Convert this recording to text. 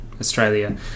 Australia